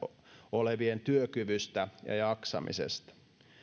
olevien työkyvystä ja jaksamisesta